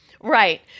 Right